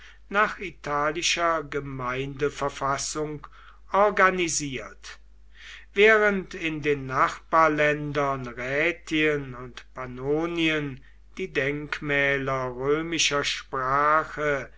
nach italischer gemeindeverfassung organisiert während in den nachbarländern rätien und pannonien die denkmäler römischer sprache